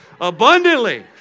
abundantly